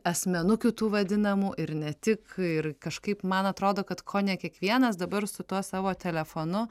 asmenukių tų vadinamų ir ne tik ir kažkaip man atrodo kad kone kiekvienas dabar su tuo savo telefonu